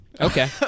Okay